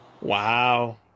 Wow